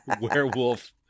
werewolf